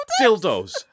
Dildos